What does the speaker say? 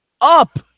up